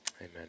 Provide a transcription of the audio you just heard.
amen